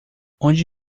onde